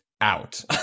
out